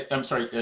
i'm sorry,